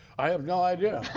i have no idea.